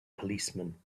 policeman